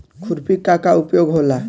खुरपी का का उपयोग होला?